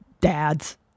dads